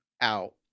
out